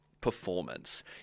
performance